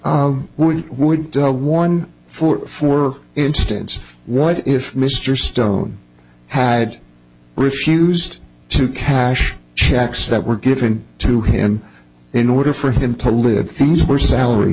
not we would do one for for instance what if mr stone had refused to cash checks that were given to him in order for him to live things were salary